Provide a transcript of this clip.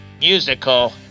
musical